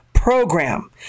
program